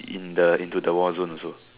in the into the warzone also